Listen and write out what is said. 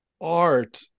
art